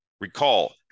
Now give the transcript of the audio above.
Recall